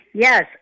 Yes